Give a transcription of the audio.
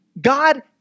God